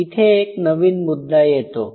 इथे एक नवीन मुद्दा येतो